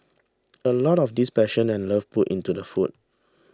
a lot of this passion and love put into the food